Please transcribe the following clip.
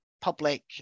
public